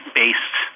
based